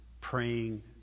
praying